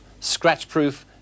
scratchproof